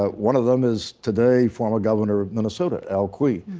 ah one of them is, today, former governor of minnesota, al quie.